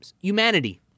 humanity